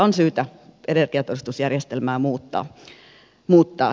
on syytä energiatodistusjärjestelmää muuttaa ilman muuta